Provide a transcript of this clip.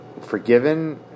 forgiven